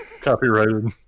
copyrighted